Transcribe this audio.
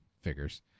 figures